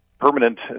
permanent